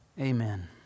Amen